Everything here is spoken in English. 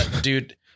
Dude